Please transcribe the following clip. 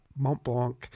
Montblanc